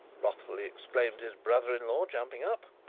wrathfully exclaimed his brother-in-law, jumping up.